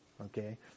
Okay